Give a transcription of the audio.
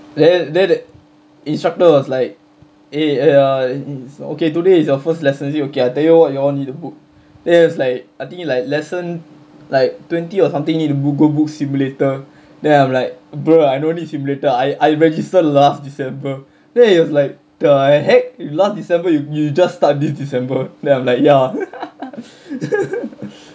then then the instructor was like eh uh okay today is your first lesson is it okay I tell you what you all need to book then he was like I think like lesson like twenty or something you need to bo~ go book simulator then I'm like bro I no need simulator I I registered last december then he was like the heck last december you you just start this december then I'm like ya